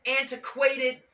antiquated